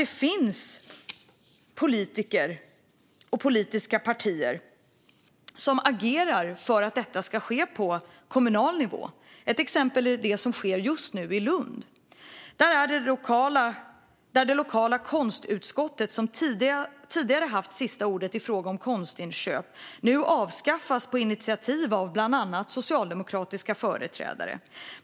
Det finns politiker och politiska partier som agerar för att detta ska ske på kommunal nivå. Ett exempel är det som sker i Lund. Det lokala konstutskott som tidigare hade sista ordet vid konstköp avskaffas nu på initiativ av bland andra socialdemokratiska företrädare.